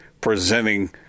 presenting